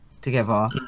together